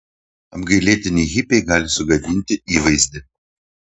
apgailėtini hipiai gali sugadinti įvaizdį